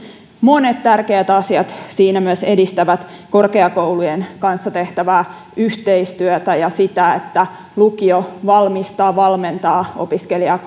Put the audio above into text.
monet tärkeät asiat siinä myös edistävät korkeakoulujen kanssa tehtävää yhteistyötä ja sitä että lukio valmistaa ja valmentaa opiskelijaa